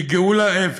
מגאולה אבן.